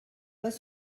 pas